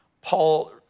Paul